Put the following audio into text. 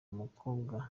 umukobwa